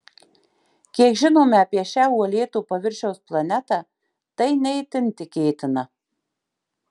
kiek žinome apie šią uolėto paviršiaus planetą tai ne itin tikėtina